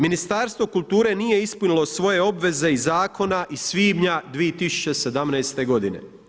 Ministarstvo kulture nije ispunilo svoje obveze iz Zakona iz svibnja 2017. godine.